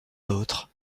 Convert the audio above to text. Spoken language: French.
d’autre